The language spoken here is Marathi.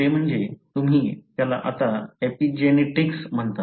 ते म्हणजे तुम्ही त्याला आता एपिजेनेटिक्स म्हणता